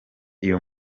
iyo